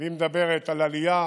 מדברת על עלייה